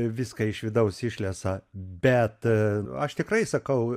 viską iš vidaus išlesa bet aš tikrai sakau